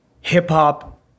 Hip-hop